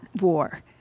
war